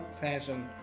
fashion